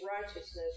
righteousness